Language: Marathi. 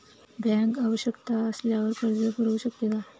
बँक आवश्यकता असल्यावर कर्ज पुरवू शकते का?